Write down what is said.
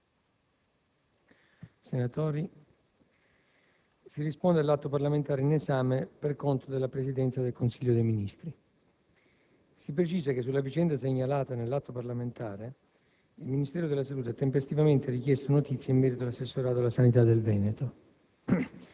senatori, rispondo all'atto parlamentare in esame, per conto della Presidenza del Consiglio dei Ministri. Si precisa che sulla vicenda segnalata nell'atto parlamentare il Ministero della salute ha tempestivamente richiesto notizie in merito all'assessorato alla sanità del Veneto.